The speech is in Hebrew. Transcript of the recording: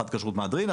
אחת כשרות מהדרין,